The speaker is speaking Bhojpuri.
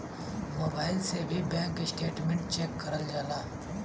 मोबाईल से भी बैंक स्टेटमेंट चेक करल जाला